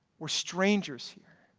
we're strangers here.